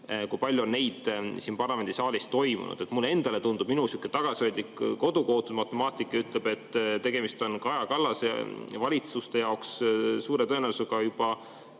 Kui palju on neid siin parlamendisaalis toimunud? Mulle endale tundub, minu tagasihoidlik kodukootud matemaatika ütleb, et tegemist on Kaja Kallase valitsuste jaoks suure tõenäosusega juba